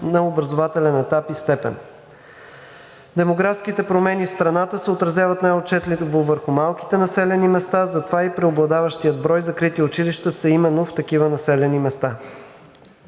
на образователен етап и степен. Демографските промени в страната се отразяват най-отчетливо върху малките населени места, затова и преобладаващият брой закрити училища се именно в такива населени места.